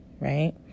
Right